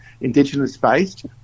Indigenous-based